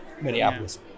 Minneapolis